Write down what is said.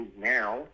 now